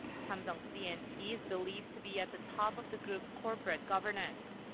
samsung c and t is believed to be at the top of the group's corporate governance.